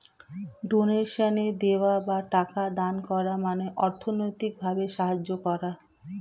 ডোনেশনে দেওয়া বা টাকা দান করার মানে অর্থনৈতিক ভাবে সাহায্য করা